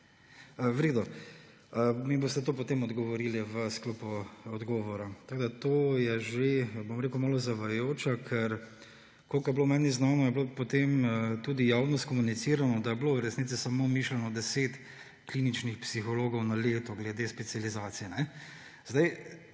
V redu. Mi boste to potem odgovorili v sklopu odgovora. To je že, bom rekel, malo zavajajoče, ker kolikor je meni znano, je bilo potem tudi javno skomunicirano, da je bilo v resnici mišljeno 10 kliničnih psihologov na leto glede specializacij.